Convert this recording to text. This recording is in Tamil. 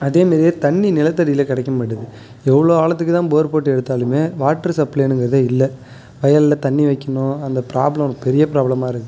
அதே மாரியே தண்ணி நிலத்தடியில கிடைக்க மாட்டுது எவ்வளோ ஆழத்துக்கு தான் போர் போட்டு எடுத்தாலுமே வாட்டரு சப்ளைனுங்குறதே இல்லை வயல்ல தண்ணி வைக்கணும் அந்த ப்ராப்ளம் ஒரு பெரிய ப்ராப்ளமாக இருக்குது